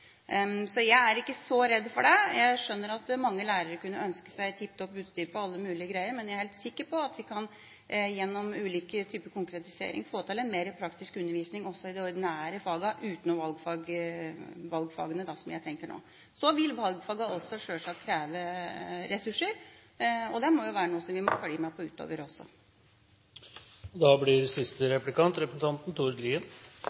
Så jeg er ikke så redd for det. Jeg skjønner at mange lærere kunne ønske seg tipp topp utstyr for alt mulig, men jeg er helt sikker på at vi gjennom ulike typer konkretisering kan få til en mer praktisk undervisning også i de ordinære fagene utenom valgfagene, slik jeg tenker det nå. Så vil valgfagene også sjølsagt kreve ressurser, og det må jo være noe vi også må følge med på